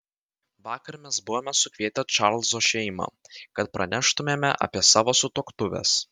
vakar mes buvome sukvietę čarlzo šeimą kad praneštumėme apie savo sutuoktuves